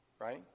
right